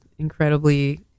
incredibly